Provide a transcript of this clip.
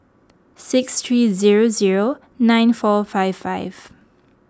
six three zero zero nine four five five